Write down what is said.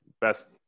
best